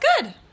good